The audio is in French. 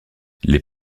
les